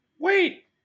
Wait